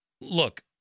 Look